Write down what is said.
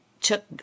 took